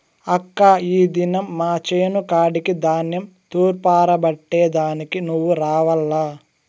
అక్కా ఈ దినం మా చేను కాడికి ధాన్యం తూర్పారబట్టే దానికి నువ్వు రావాల్ల